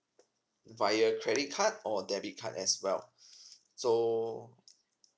via credit card or debit card as well so